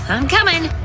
i'm comin'!